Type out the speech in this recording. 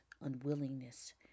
unwillingness